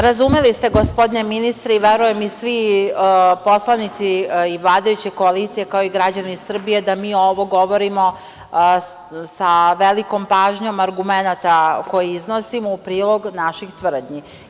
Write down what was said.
Razumeli ste, gospodine ministre, verujem i svi poslanici iz vladajuće koalicije, kao i građani Srbije, da mi ovo govorimo sa velikom pažnjom argumenata koji iznosimo u prilog naših tvrdnji.